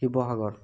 Sivasagar